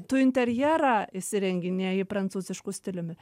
tu interjerą įsirenginėji prancūzišku stiliumi